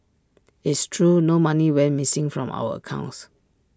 it's true no money went missing from our accounts